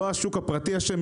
לא השוק הפרטי אשם,